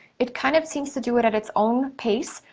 it kind of seems to do it at it's own pace,